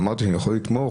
אמרתי שאני יכול לתמוך,